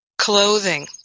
Clothing